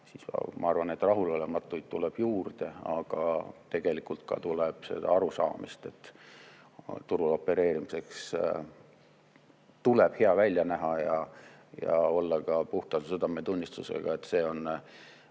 siis, ma arvan, rahulolematuid tuleb juurde, aga tegelikult tuleb ka seda arusaamist, et turul opereerimiseks tuleb hea välja näha ja olla ka puhta südametunnistusega. See